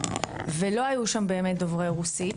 ולא היו שם באמת דוברי רוסית,